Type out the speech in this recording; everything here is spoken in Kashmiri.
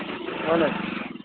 اَہَن حظ